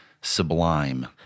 sublime